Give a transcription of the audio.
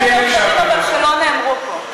אבל למה, שלא נאמרו פה?